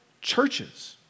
churches